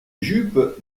jupe